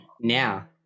now